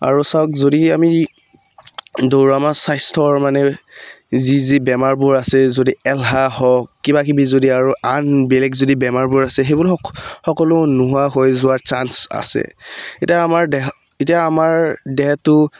আৰু চাওক যদি আমি দৌৰোঁ আমাৰ স্বাস্থ্যৰ মানে যি যি বেমাৰবোৰ আছে যদি এলাহ হওক কিবাকিবি যদি আৰু আন বেলেগ যদি বেমাৰবোৰ আছে সেইবোৰ সকলো নোহোৱা হৈ যোৱাৰ চানঞ্চ আছে এতিয়া আমাৰ দেহত এতিয়া আমাৰ দেহটো